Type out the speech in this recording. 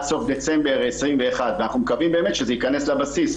עד סוף דצמבר 21 ואנחנו מקווים באמת שזה ייכנס לבסיס,